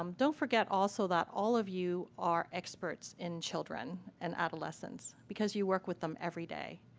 um don't forget also that all of you are experts in children and adolescence because you work with them every day,